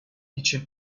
için